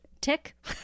tick